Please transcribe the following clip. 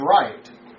right